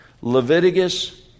Leviticus